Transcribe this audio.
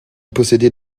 possédait